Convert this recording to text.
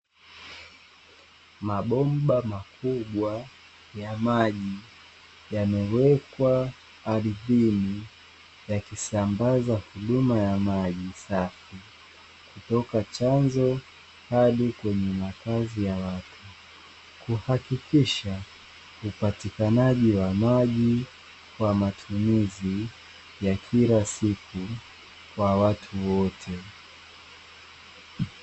Mabomba makubwa ya maji, yamewekwa ardhini yakisambaza huduma ya maji safi kutoka chanzo hadi kwenye makazi ya watu, kuhakikishia upatikanaji wa maji kwa matumizi ya kila siku kwa watu wote.